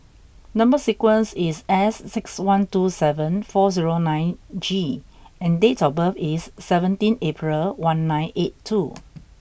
number sequence is S six one two seven four zero nine G and date of birth is seventeen April one nine eight two